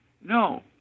No